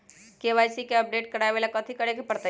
KYC के update करवावेला कथि करें के परतई?